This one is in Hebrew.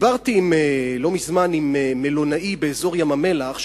דיברתי לא מזמן עם מלונאי באזור ים-המלח.